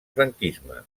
franquisme